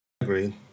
Agreed